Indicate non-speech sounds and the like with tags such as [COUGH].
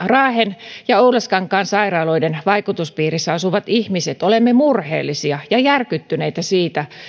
[UNINTELLIGIBLE] raahen ja oulaskankaan sairaaloiden vaikutuspiirissä asuvat ihmiset olemme murheellisia ja järkyttyneitä siitä